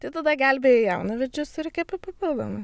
tai tada gelbėji jaunavedžius ir kepi papildomai